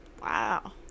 Wow